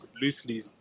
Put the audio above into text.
Loosely